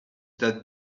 that